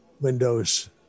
windows